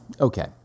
Okay